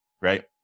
right